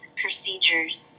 procedures